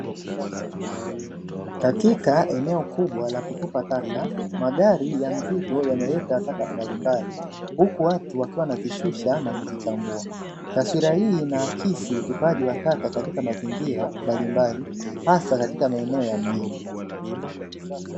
Katika eneo kubwa la kutupa taka, magari ya mzigo yameleta taka mbalimbali, huku watu wakiwa wanazishusha na kuzitambua, na sura hii inaakisi utupaji wa taka katika mazingira mbalimbali, hasa katika maeneo ya mjini.